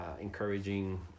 encouraging